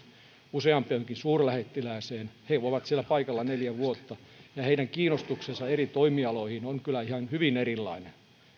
useampaankin suurlähettilääseen he ovat siellä paikalla neljä vuotta ja heidän kiinnostuksensa eri toimialoihin on kyllä ihan hyvin erilainen